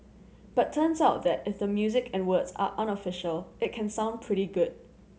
but turns out that if the music and words are unofficial it can sound pretty good